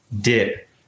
dip